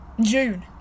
June